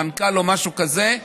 מנכ"ל או משהו כזה,